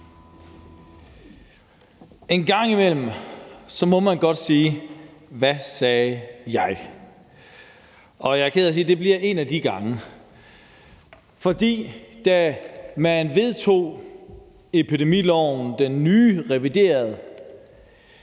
En gang imellem må man godt sige: Hvad sagde jeg! Jeg er ked af at sige det, men det her bliver en af de gange. For da man vedtog den nye reviderede